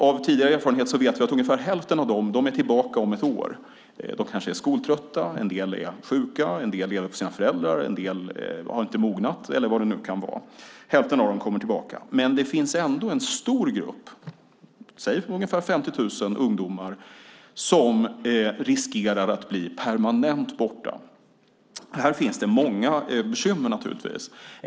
Av tidigare erfarenhet vet vi att ungefär hälften av dem är tillbaka om ett år. De kanske är skoltrötta, en del är sjuka, en del lever på sina föräldrar, en del har inte mognat eller vad det nu kan vara. Hälften av dem kommer tillbaka. Men det finns ändå en stor grupp på ungefär 50 000 ungdomar som riskerar att bli permanent borta. Här finns naturligtvis många bekymmer.